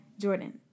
Jordan